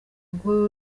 guhora